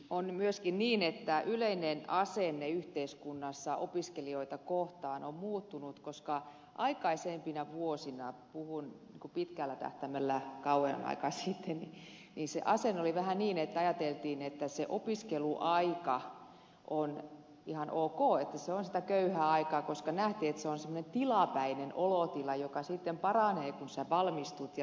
on myöskin niin että yleinen asenne yhteiskunnassa opiskelijoita kohtaan on muuttunut koska aikaisempina vuosina puhun pitkällä tähtäimellä kauan aikaa sitten se asenne oli vähän niin että ajateltiin että on ihan ok että se opiskeluaika on sitä köyhää aikaa koska nähtiin että se on semmoinen tilapäinen olotila joka sitten paranee kun sinä valmistut ja pääset työelämään